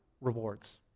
rewards